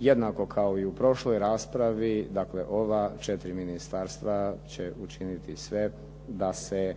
jednako kao i u prošloj raspravi, dakle ova četiri ministarstva će učiniti sve da se